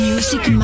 Music